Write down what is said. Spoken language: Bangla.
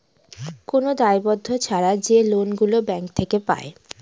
কোন দায়বদ্ধ ছাড়া যে লোন গুলো ব্যাঙ্ক থেকে পায়